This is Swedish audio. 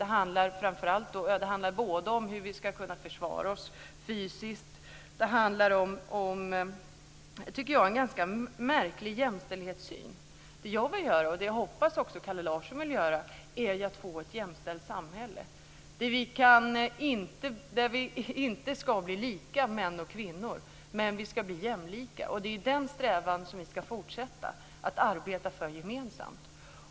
Det handlar bl.a. om hur vi ska kunna försvara oss fysiskt. Jag tycker att man ger uttryck för en ganska märklig jämställdhetssyn. Det som jag vill ha - och som jag hoppas också Kalle Larsson vill ha - är ett jämställt samhälle, där män och kvinnor inte ska bli lika men jämlika. Det är den strävan som vi ska fortsätta att driva gemensamt.